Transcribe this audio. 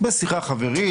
בשיחה חברית,